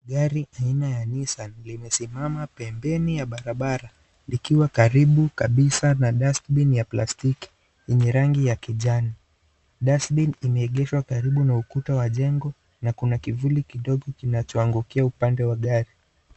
Gari aina ya Nissan limesimama pembeni ya barabara likiwa karibu kabisa na dustbin ya plastiki yenye rangi ya kijani. Dustbin imeegeshwa karibu na ukuta wa jengo na kuna kivuli kidogo kinacho angukia upande wa gari.